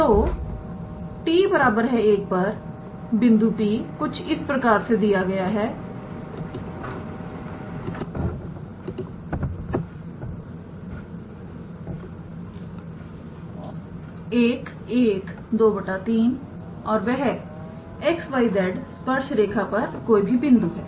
तो 𝑡 1 पर बिंदु P कुछ इस प्रकार से दिया गया है 11 2 3 और वह 𝑋 𝑌 𝑍 स्पर्श रेखा पर कोई भी बिंदु है